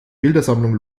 bildersammlung